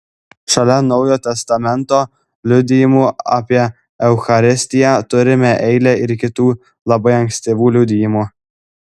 šalia naujo testamento liudijimų apie eucharistiją turime eilę ir kitų labai ankstyvų liudijimų